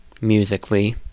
musically